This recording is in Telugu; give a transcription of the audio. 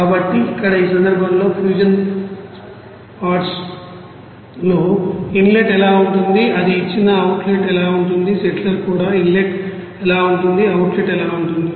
కాబట్టి ఇక్కడ ఈ సందర్భంలో ఫ్యూజన్ పాట్స్లో ఇన్లెట్ ఎలా ఉంటుంది అది ఇచ్చిన అవుట్లెట్ ఎలా ఉంటుంది సెటిలర్లో కూడా ఇన్లెట్ ఎలా ఉంటుంది అవుట్లెట్ ఎలా ఉంటుంది